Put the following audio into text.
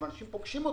ואנשים פוגשים אותי,